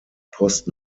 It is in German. post